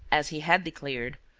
as he had declared,